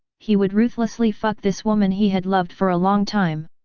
he would ruthlessly fuck this woman he had loved for a long time.